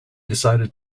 decided